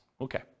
Okay